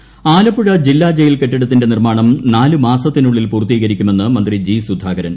സുധാകരൻ ആലപ്പുഴ ജില്ലാ ജയിൽ കെട്ടിടത്തിന്റെ നിർമാണം നാലു മാസത്തിനു ള്ളിൽ പൂർത്തീകരിക്കുമെന്ന് മന്ത്രി ജി സുധാകരൻ